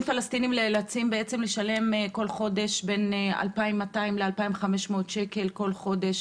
פלסטיניים נאלצים לשלם בין 2,200 ל-2,500 שקלים כל חודש